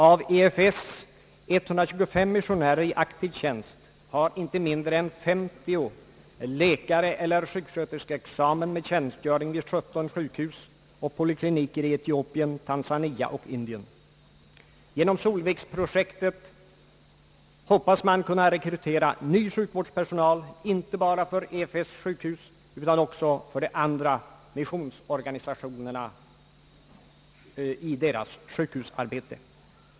Av Fosterlandsstiftelsens 125 missionärer i aktiv tjänst har icke mindre än 530 läkareeller sjuksköterskeexamen med tjänstgöring vid 17 sjukhus och polikliniker i Etiopien, Tanzania och Indien. Genom Solviksprojektet hoppas man kunna rekrytera ny sjukvårdspersonal inte bara för Evangeliska fosterlandsstiftelsens sjukhus utan också för de andra missionsorganisationernas sjukhusarbete.